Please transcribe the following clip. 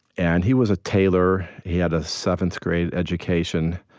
and he was a tailor. he had a seventh grade education.